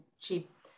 cheap